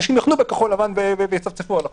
אנשים יחנו בכחול-לבן ויצפצפו על החוק.